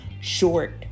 short